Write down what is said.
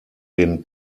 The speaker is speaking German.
den